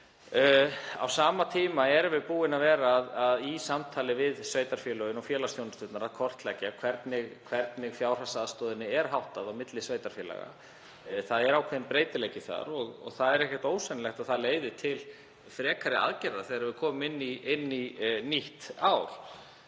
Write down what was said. Á sama tíma erum við búin að vera í samtali við sveitarfélögin og félagsþjónustuna að kortleggja hvernig fjárhagsaðstoðinni er háttað milli sveitarfélaga. Það er mismunandi og það er ekkert ósennilegt að það leiði til frekari aðgerða þegar við komum inn í nýtt ár.